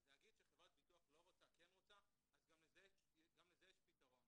אז להגיד שחברת ביטוח לא רוצה או כן רוצה אז גם לזה יש פתרון.